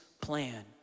plan